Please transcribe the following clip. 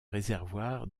réservoir